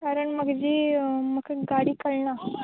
कारण म्हाका जी म्हाका गाडी कळना